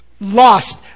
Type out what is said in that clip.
Lost